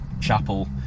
chapel